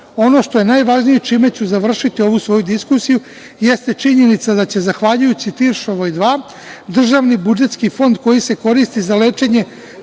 ono što je najvažnije, čime ću završiti ovu svoju diskusiju, jeste činjenica da će zahvaljujući Tiršovoj 2, državni budžetski fond koji se koristi za lečenje